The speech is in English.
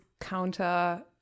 counter